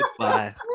Goodbye